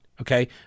Okay